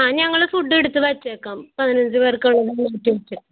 ആ ഞങ്ങള് ഫുഡ് എടുത്തുവച്ചേക്കാം പതിനഞ്ച് പേർക്ക് ഉള്ള ഫുഡ് എടുത്ത് വെച്ചേക്കാം